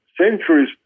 centuries